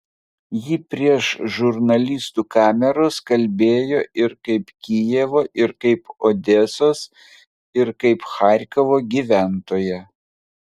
ji prieš žurnalistų kameras kalbėjo ir kaip kijevo ir kaip odesos ir kaip charkovo gyventoja